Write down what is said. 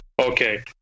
Okay